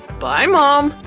bye, mom.